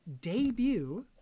debut